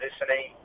listening